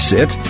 Sit